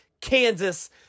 Kansas